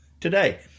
today